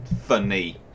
funny